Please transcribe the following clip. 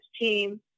team